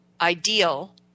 ideal